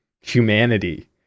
humanity